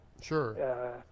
Sure